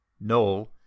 Noel